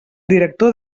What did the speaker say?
director